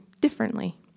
differently